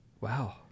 Wow